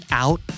out